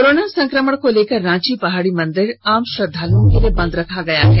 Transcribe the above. corona संक्रमण को लेकर रांची पहाड़ी मंदिर आम श्रद्दालुओं के लिए बंद रखा गया है